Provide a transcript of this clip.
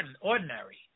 ordinary